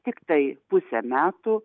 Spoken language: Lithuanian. tiktai pusę metų